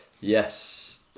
Yes